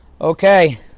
Okay